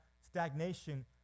stagnation